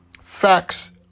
Facts